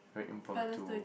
very impromptu